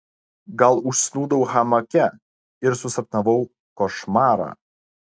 gal užsnūdau hamake ir susapnavau košmarą